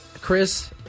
Chris